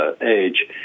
age